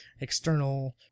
external